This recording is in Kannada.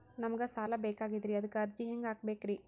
ನಮಗ ಸಾಲ ಬೇಕಾಗ್ಯದ್ರಿ ಅದಕ್ಕ ಅರ್ಜಿ ಹೆಂಗ ಹಾಕಬೇಕ್ರಿ?